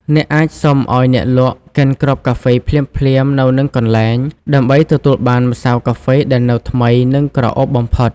អ្នកអាចសុំឱ្យអ្នកលក់កិនគ្រាប់កាហ្វេភ្លាមៗនៅនឹងកន្លែង ដើម្បីទទួលបានម្សៅកាហ្វេដែលនៅថ្មី និងក្រអូបបំផុត។